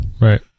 Right